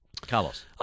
Carlos